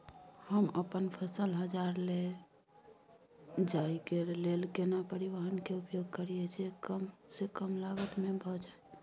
हम अपन फसल बाजार लैय जाय के लेल केना परिवहन के उपयोग करिये जे कम स कम लागत में भ जाय?